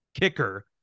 kicker